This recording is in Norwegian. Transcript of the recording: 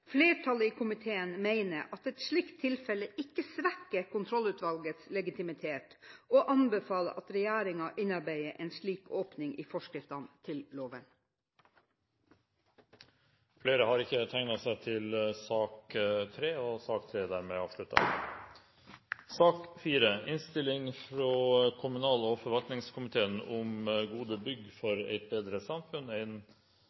Flertallet i komiteen mener at et slikt tilfelle ikke svekker kontrollutvalgets legitimitet, og anbefaler at regjeringen innarbeider en slik åpning i forskriftene til loven. Flere har ikke bedt om ordet til sak nr. 3. Etter ønske fra kommunal- og forvaltningskomiteen vil presidenten foreslå at debatten blir begrenset til 1 time og